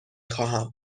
خواهم